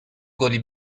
گلی